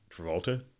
Travolta